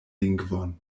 lingvon